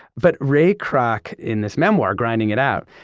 but ray kroc in this memoir grinding it out,